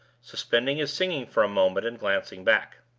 suspending his singing for a moment, and glancing back.